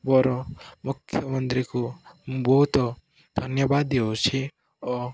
ବର ମୁଖ୍ୟମନ୍ତ୍ରୀକୁ ମୁଁ ବହୁତ ଧନ୍ୟବାଦ ହେଉଛି ଓ